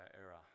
era